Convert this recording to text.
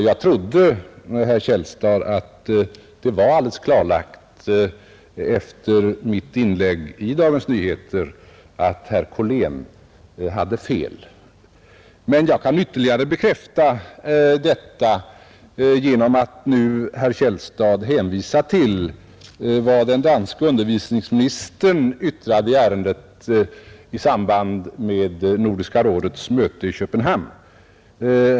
Jag trodde, herr Källstad, att det efter mitt inlägg i Dagens Nyheter var alldeles klarlagt att professor Korlén hade fel. Jag kan ytterligare bekräfta detta genom att nu hänvisa till vad den danske undervisningsministern yttrade i ärendet i samband med Nordiska rådets möte i Köpenhamn.